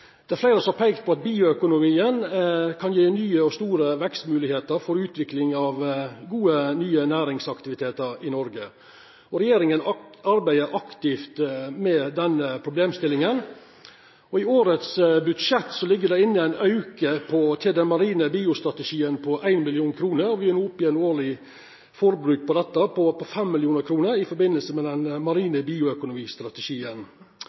Det er fleire som har peikt på at bioøkonomien kan gje nye og store vekstmoglegheiter for utvikling av gode, nye næringsaktivitetar i Noreg. Regjeringa arbeider aktivt med denne problemstillinga, og i årets budsjett ligg det inne ein auke til den marine biostrategien på 1 mill. kr, og me er no oppe i eit årleg forbruk på dette på 5 mill. kr i forbindelse med den